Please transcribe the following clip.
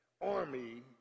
army